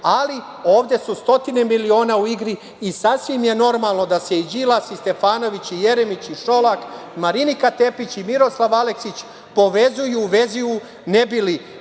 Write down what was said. ali ovde su stotine miliona u igri i sasvim je normalno da se i Đilas i Stefanović i Jeremić i Šolak, Marinika Tepić i Miroslav Aleksić povezuju, uvezuju ne bili